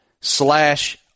slash